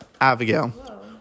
Abigail